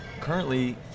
Currently